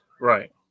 Right